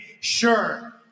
sure